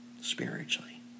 spiritually